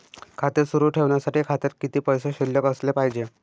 खाते सुरु ठेवण्यासाठी खात्यात किती पैसे शिल्लक असले पाहिजे?